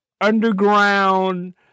underground